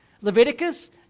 Leviticus